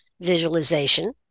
visualization